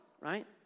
right